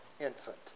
infant